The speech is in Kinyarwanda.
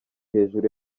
hejuru